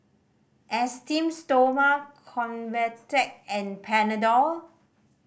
Esteem Stoma Convatec and Panadol